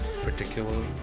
particularly